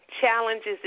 challenges